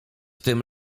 tym